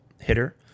hitter